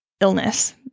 illness